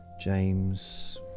James